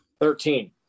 Thirteen